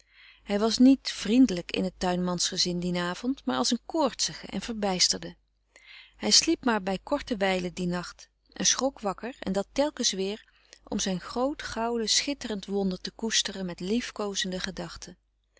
hij was niet vriendelijk in het tuinmans gezin frederik van eeden van de koele meren des doods dien avond maar als een koortsige en verbijsterde hij sliep maar bij korte wijlen dien nacht en schrok wakker en dat telkens weer om zijn groot gouden schitterend wonder te koesteren met liefkoozende gedachten